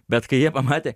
bet kai jie pamatė